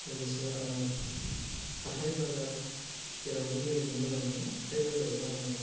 लोगोसे आङो हाथाइ बाजार जेरावबो बेरायनो मोजां मोनो हाथाइ बाजारावबो आङो